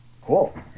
Cool